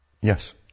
yes